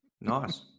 Nice